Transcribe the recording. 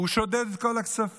הוא שודד את כל הכספים.